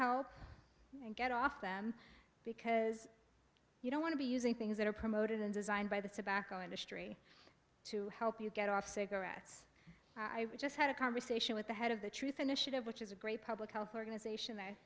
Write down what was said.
help and get off them because you don't want to be using things that are promoted and designed by the tobacco industry to help you get off cigarettes i we just had a conversation with the head of the truth initiative which is a great public health organization that